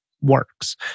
works